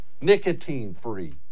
Nicotine-free